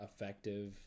effective